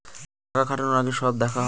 টাকা খাটানোর আগে সব দেখা হয়